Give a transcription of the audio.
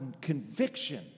conviction